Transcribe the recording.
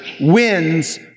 wins